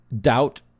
doubt